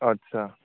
आच्चा